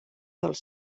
dels